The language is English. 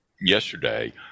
yesterday